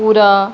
پورا